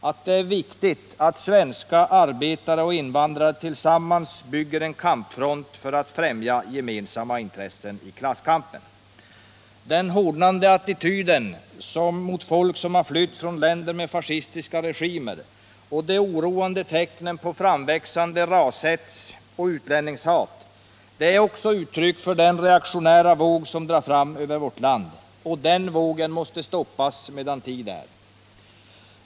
Att det är viktigt att svenska arbetare och invandrare tillsammans bygger en kampfront för att främja gemensamma intressen i klasskampen. Den hårdnande attityden mot folk som har flytt från länder med fascistiska regimer och de oroande tecknen på framväxande rashets och utlänningshat är uttryck för den reaktionära våg som drar fram över vårt land. Den vågen måste stoppas medan tid är.